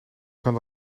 kan